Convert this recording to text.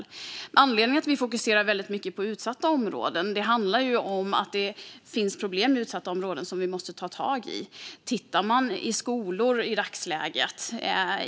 Anledningen till att vi fokuserar mycket på utsatta områden är att det finns problem i utsatta områden som vi måste ta tag i. Man kan titta på skolor i dagsläget.